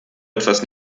etwas